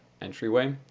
entryway